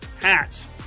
Hats